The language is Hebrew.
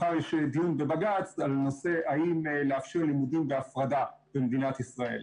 מחר יש דיון בבג"ץ בנושא: האם לאפשר לימודים בהפרדה במדינת ישראל?